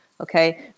Okay